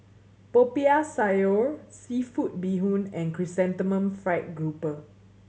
Popiah Sayur seafood bee hoon and Chrysanthemum Fried Grouper